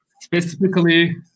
specifically